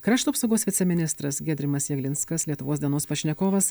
krašto apsaugos viceministras giedrimas jeglinskas lietuvos dienos pašnekovas